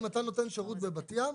אם אתה נותן שירות בבת ים,